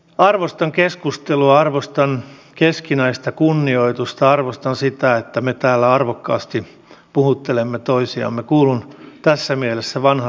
arvostan keskustelua arvostan keskinäistä kunnioitusta arvostan sitä että me täällä arvokkaasti puhuttelemme toisiamme kuulun tässä mielessä vanhan liiton miehiin